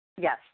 Yes